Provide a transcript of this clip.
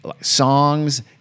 songs